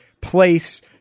place